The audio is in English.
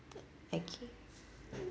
okay